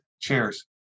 Cheers